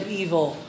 evil